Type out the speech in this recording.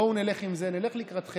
בואו נלך עם זה, נלך לקראתכם.